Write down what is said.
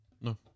No